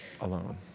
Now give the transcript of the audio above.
alone